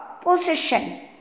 position